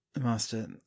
master